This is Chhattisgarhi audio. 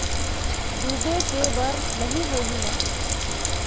डूबे के बर नहीं होही न?